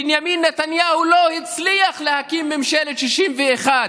בנימין נתניהו לא הצליח להקים ממשלת 61,